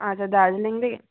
আচ্ছা দার্জিলিং দিকে